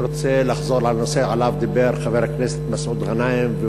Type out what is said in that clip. אני רוצה לחזור לנושא שעליו דיבר חבר הכנסת מסעוד גנאים,